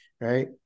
Right